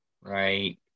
Right